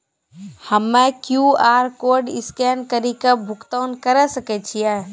हम्मय QR code scan कड़ी के भुगतान करें सकय छियै?